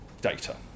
data